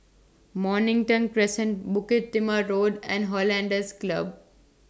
Mornington Crescent Bukit Timah Road and Hollandse Club